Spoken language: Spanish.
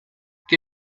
que